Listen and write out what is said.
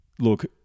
look